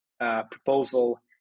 proposal